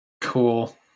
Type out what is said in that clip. Cool